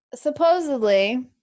supposedly